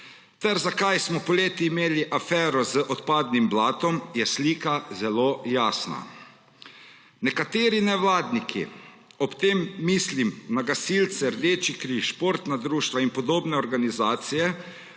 ter zakaj smo imeli poleti afero z odpadnim blatom, je slika zelo jasna. Nekateri nevladniki, ob tem ne mislim na gasilce, Rdeči križ, športna društva in podobne organizacije,